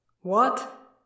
What